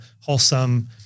wholesome